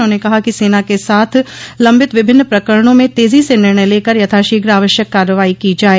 उन्होंने कहा कि सेना के साथ लंबित विभिन्न प्रकरणों में तेजी से निर्णय लेकर यथाशीघ्र आवश्यक कार्रवाई की जाये